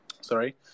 sorry